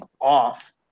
off